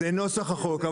זה נוסח החוק.